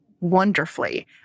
wonderfully